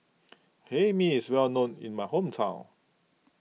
Hae Mee is well known in my hometown